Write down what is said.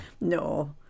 No